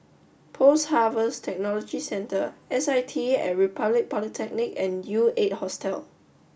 Post Harvest Technology Centre S I T at Republic Polytechnic and U Eight Hostel